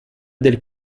del